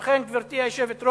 ובכן, גברתי היושבת-ראש,